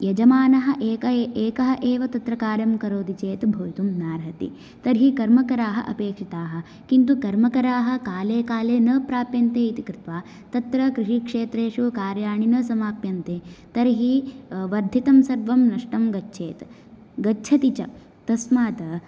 यजमानः एक एकः एव तत्र कार्यं करोति चेत् भवितुं नार्हति तर्हि कर्मकराः अपेक्षिताः किन्तु कर्मकराः काले काले न प्राप्यन्ते इति कृत्वा तत्र कृषिक्षेत्रेषु कार्याणि न समाप्यन्ते तर्हि वर्धितं सर्वं नष्टं गच्छेत् गच्छति च तस्मात्